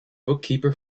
bookkeeper